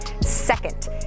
second